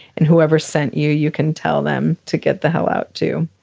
and whoever sent you you can tell them to get the hell out, too.